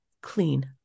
clean